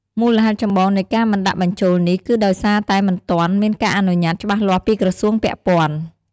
មូលហេតុចម្បងនៃការមិនដាក់បញ្ចូលនេះ គឺដោយសារតែមិនទាន់មានការអនុញ្ញាតច្បាស់លាស់ពីក្រសួងពាក់ព័ន្ធ។